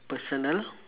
personal